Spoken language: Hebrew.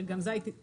אני לא רוצה